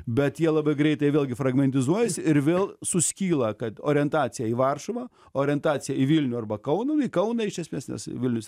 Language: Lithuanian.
bet jie labai greitai vėlgi fragmentizuojasi ir vėl suskyla kad orientacija į varšuvą orientacija į vilnių arba kauną į kauną iš esmės nes vilnius